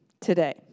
today